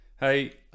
Hey